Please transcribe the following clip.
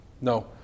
No